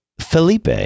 Felipe